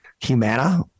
Humana